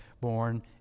born